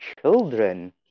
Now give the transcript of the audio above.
children